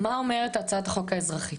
מה אומרת הצעת החוק האזרחי?